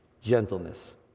gentleness